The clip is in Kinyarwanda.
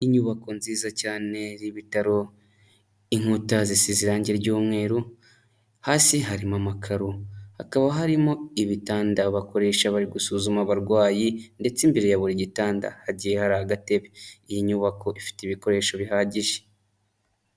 Ni inyubako nziza cyane n'ibitaro inkuta zisize irangi ry’umweru hasi harimo amakaro hakaba harimo ibitanda bakoresha bari gusuzuma abarwayi ndetse imbere ya buri gitanda hagiye hari agatebe iyi nyubako ifite ibikoresho bihagije.